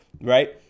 right